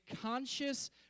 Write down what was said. conscious